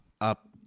Up